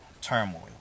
turmoil